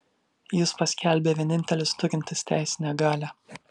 jis paskelbė vienintelis turintis teisinę galią